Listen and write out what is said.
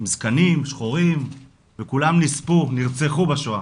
עם זקנים שחורים וכולם נספו, נרצחו בשואה